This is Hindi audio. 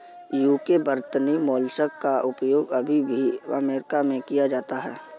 यूके वर्तनी मोलस्क का उपयोग अभी भी अमेरिका में किया जाता है